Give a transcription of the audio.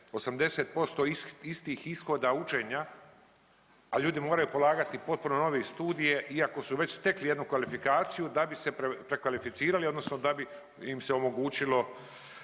80% istih ishoda učenja, a ljudi moraju polagati potpuno nove studije iako su već stekli jednu kvalifikaciju da bi se prekvalificirali odnosno da bi im se omogućilo,